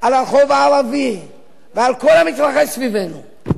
על הרחוב הערבי ועל כל המתרחש סביבנו,